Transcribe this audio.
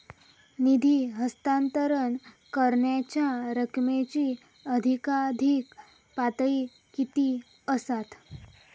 निधी हस्तांतरण करण्यांच्या रकमेची अधिकाधिक पातळी किती असात?